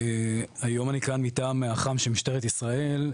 היום אני כאן מטעם אח"מ של משטרת ישראל,